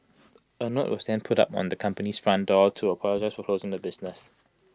A note was then put up on the company's front door to apologise for closing the business